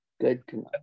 good